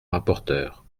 rapporteur